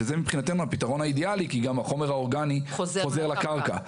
שזה מבחינתנו הפתרון האידיאלי כי גם החומר האורגני חוזר לקרקע.